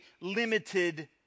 limited